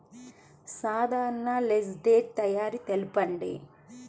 సాధారణ లెడ్జెర్ తయారి తెలుపండి?